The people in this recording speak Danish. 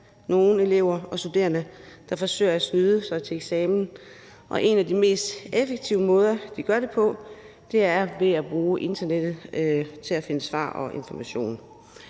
nogle elever og studerende, der forsøger at snyde sig til en eksamen, og en af de mest effektive måder, de gør det på, er ved at bruge internettet til at finde svar og information.